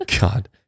God